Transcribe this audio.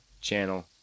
channel